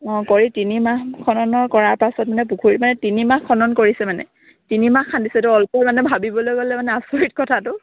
অঁ কৰি তিনি মাহ খননৰ কৰাৰ পাছত মানে পুখুৰী মানে তিনি মাহ খনন কৰিছে মানে তিনি মাহ খান্দিছে এইটো অলপ মানে ভাবিবলৈ গ'লে মানে আচৰিত কথাটো